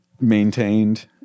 maintained